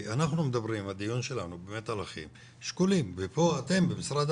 כי הדיון שלנו הוא באמת על אחים שכולים ופה אתם במשרד